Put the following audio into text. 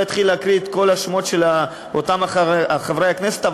לא אתחיל להקריא את כל השמות של אותם חברי הכנסת,